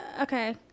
Okay